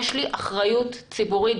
יש לי אחריות ציבורית.